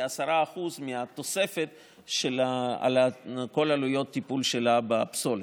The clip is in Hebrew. כ-10% מהתוספת של כל עלויות הטיפול שלה בפסולת.